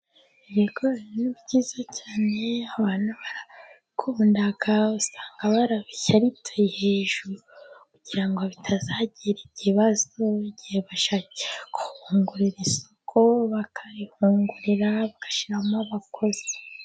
Ibigori ni byiza cyane, abantu barabikunda, usanga barabishyaritse hejuru kugira ngo bitazagira ikibazo, igihe bashakiye guhungungurira isoko bakarihungurira, bagashyiramo abakozi.